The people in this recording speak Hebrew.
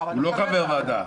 הוא לא חבר ועדה.